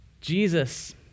Jesus